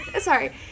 sorry